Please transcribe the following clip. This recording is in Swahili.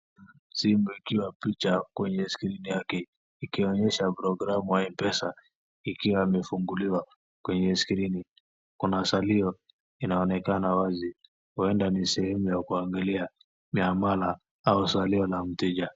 Simu ikiwa picha kwenye skrini yake, ikionyesha programu ya mpesa ikiwa imefunguliwa kwenye skrini, kuna salio inaonekana wazi, huenda ni sehemu ya kuangalia ya balance au salio ya mteja.